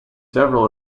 several